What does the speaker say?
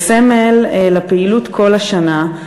הוא סמל לפעילות כל השנה,